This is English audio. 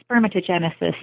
spermatogenesis